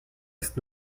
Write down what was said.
ist